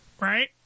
right